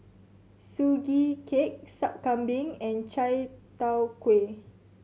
Sugee Cake Sup Kambing and Chai Tow Kuay